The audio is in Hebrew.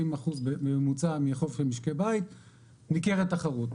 70 אחוז בממוצע מהחוב של משקי הבית ניכרת תחרות.